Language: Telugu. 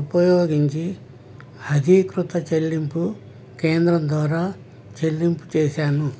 ఉపయోగించి అధీకృత చెల్లింపు కేంద్రం ద్వారా చెల్లింపు చేసాను